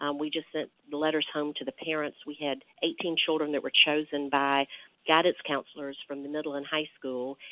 um we just sent the letters home to the parents. we had eighteen children that were chosen by guidance counselors from the midland high school.